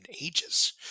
ages